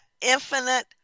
infinite